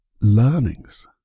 learnings